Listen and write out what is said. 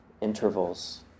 intervals